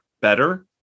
better